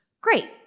Great